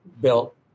built